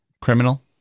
criminal